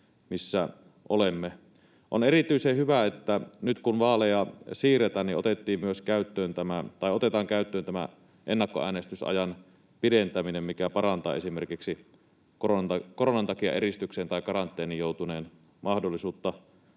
missä olemme. On erityisen hyvä, että nyt kun vaaleja siirretään, otetaan käyttöön ennakkoäänestysajan pidentäminen, mikä parantaa esimerkiksi koronan takia eristykseen tai karanteeniin joutuneen mahdollisuutta